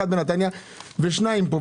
אחד בנתניה ושניים פה,